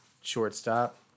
shortstop